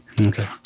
Okay